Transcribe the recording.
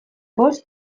bost